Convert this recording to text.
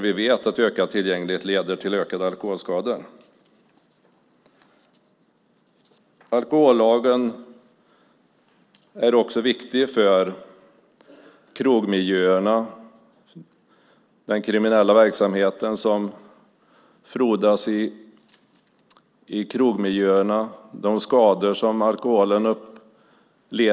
Vi vet att ökad tillgänglighet leder till ökade alkoholskador. Alkohollagen är också viktig för krogmiljöerna.